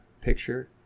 picture